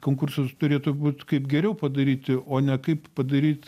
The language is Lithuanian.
konkursas turėtų būt kaip geriau padaryti o ne kaip padaryt